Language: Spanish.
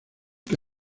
que